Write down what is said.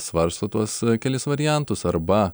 svarsto tuos kelis variantus arba